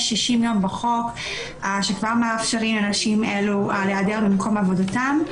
יש 60 ימים בחוק שמאפשרים לנשים אלו להיעדר ממקום עבודתן.